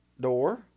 door